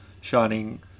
shining